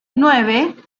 nueve